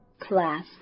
Class